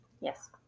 yes